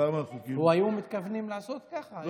כמה, היו מתכוונים לעשות ככה.